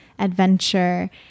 adventure